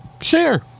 share